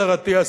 השר אטיאס,